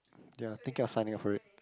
ya thinking of signing up for it